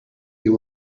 you